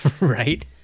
Right